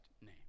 name